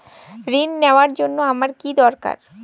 ঋণ নেওয়ার জন্য আমার কী দরকার?